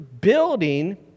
building